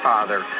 Father